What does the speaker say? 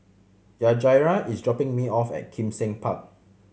Yajaira is dropping me off at Kim Seng Park